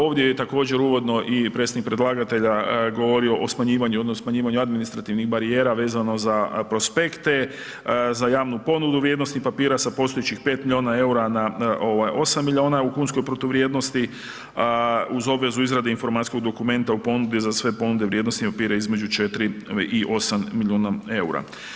Ovdje je također, uvodno i predstavnik predlagatelja govorio o smanjivanju odnosno smanjivanju administrativnih barijera vezano za prospekte, za javnu ponudu vrijednosnih papira sa postojećih 5 milijuna eura na 8 milijuna u kunskoj protuvrijednosti uz obvezu izrade informacijskog dokumenta u ponudi za sve ponude vrijednosnih papira između 4 i 8 milijuna eura.